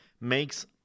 makes